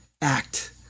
act